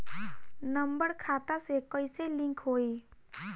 Number खाता से कईसे लिंक होई?